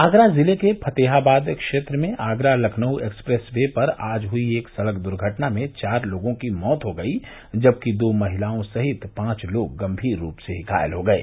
आगरा जिले के फतेहाबाद क्षेत्र में आगरा लखनऊ एक्सप्रेस वे पर आज हयी एक सड़क द्र्घटना में चार लोगों की मौत हो गयी जबकि दो महिलाओं सहित पांच लोग गम्मीर रूप से घायल हो गये